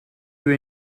you